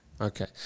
Okay